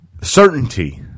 Certainty